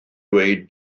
dweud